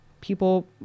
people